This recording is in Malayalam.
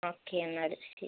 ഓക്കേ എന്നാൽ ശരി